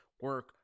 Work